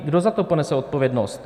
Kdo za to ponese odpovědnost?